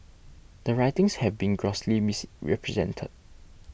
the writings have been grossly misrepresented